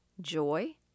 joy